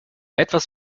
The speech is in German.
etwas